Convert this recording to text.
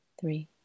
three